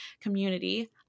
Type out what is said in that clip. community